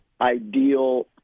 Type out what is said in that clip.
ideal